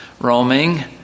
roaming